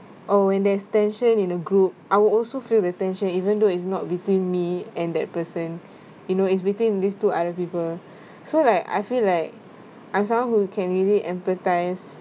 or when there's tension in a group I will also feel the tension even though it's not between me and that person you know it's between these two other people so like I feel like I'm someone who can really empathise